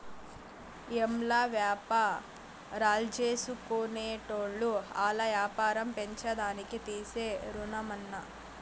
ఏంలా, వ్యాపారాల్జేసుకునేటోళ్లు ఆల్ల యాపారం పెంచేదానికి తీసే రుణమన్నా